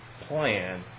plan